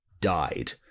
died